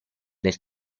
del